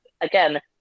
Again